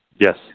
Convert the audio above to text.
Yes